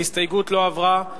ההסתייגות לא עברה.